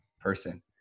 person